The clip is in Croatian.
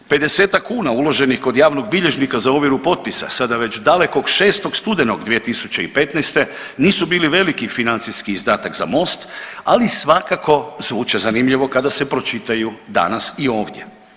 50-ak kuna uloženih kod javnog bilježnika za ovjeru potpisa sada već dalekog 6. studenog 2015. nisu bili veliki financijski izdatak za MOST ali svakako zvuče zanimljivo kada se pročitaju danas i ovdje.